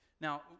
Now